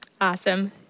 Awesome